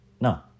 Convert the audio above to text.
no